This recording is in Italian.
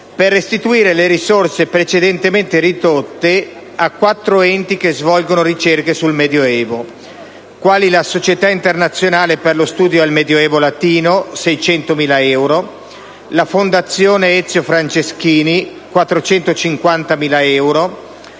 per restituire risorse precedentemente ridotte a quattro enti che svolgono ricerche sul Medioevo, quali la Società internazionale per lo studio del medioevo latino (600.000 euro), la Fondazione Ezio Franceschini (450.000 euro),